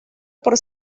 por